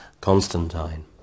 constantine